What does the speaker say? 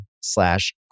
slash